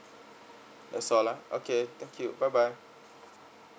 that's all ah okay thank you bye bye